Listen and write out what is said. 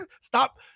Stop